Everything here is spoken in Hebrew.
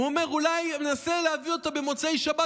הוא אומר: אולי ננסה להביא אותה במוצאי שבת?